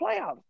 playoffs